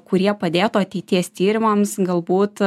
kurie padėtų ateities tyrimams galbūt